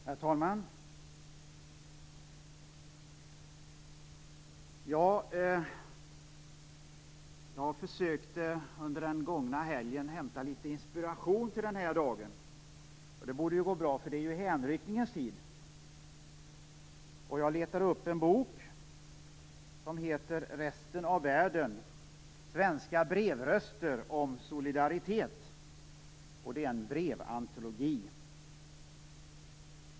Herr talman! Jag försökte under den gångna helgen hämta litet inspiration till den här dagen. Det borde ju gå bra, eftersom det är hänryckningens tid. Jag letade upp en bok som heter Resten av världen - svenska brevröster om solidaritet. Det är en brevantologi.